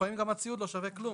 לפעמים גם הציוד לא שווה כלום.